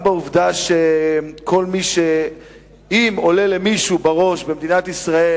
גם בעובדה שאם עולה למישהו בראש במדינת ישראל